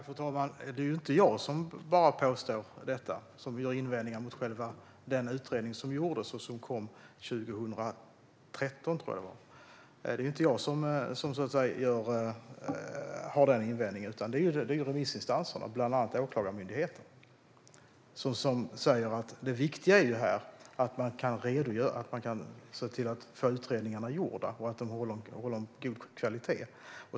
Fru talman! Det är ju inte bara jag som påstår detta och som har invändningar mot den utredning som gjordes, som jag tror kom 2013. Det är inte jag som har den invändningen, utan det är remissinstanserna, bland annat Åklagarmyndigheten, som säger att det viktiga är att man kan se till att få utredningarna gjorda och att de håller god kvalitet.